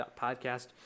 podcast